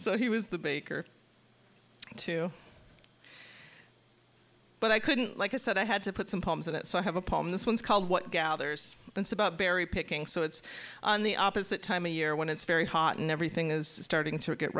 so he was the baker too but i couldn't like i said i had to put some poems in it so i have a poem this one's called what gathers that's about berry picking so it's on the opposite time of year when it's very hot and everything is starting to get